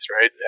right